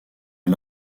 est